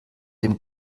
dem